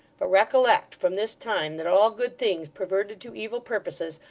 but recollect from this time that all good things perverted to evil purposes,